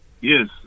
Yes